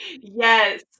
Yes